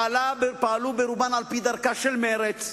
פעלו ברובן על-פי דרכה של מרצ,